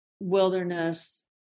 wilderness